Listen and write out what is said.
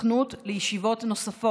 (עיכוב הליכים לשם גיבוש ואישור הסדר